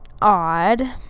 odd